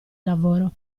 lavoro